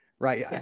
right